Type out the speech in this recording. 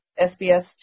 SBS